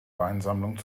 weinsammlung